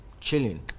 chilling